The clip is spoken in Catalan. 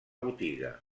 botiga